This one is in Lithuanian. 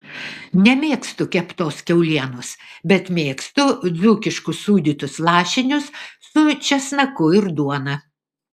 nemėgstu keptos kiaulienos bet mėgstu dzūkiškus sūdytus lašinius su česnaku ir duona